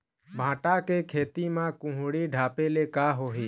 भांटा के खेती म कुहड़ी ढाबे ले का होही?